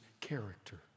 character